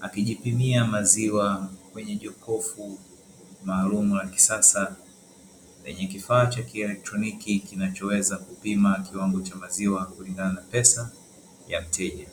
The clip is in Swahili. alijipimia maziwa kwenye jokofu maalumu la kisasa, lenye kifaa cha kielektroniki kinachoweza kupima Kiwango cha maziwa kutokana na pesa ya mteja.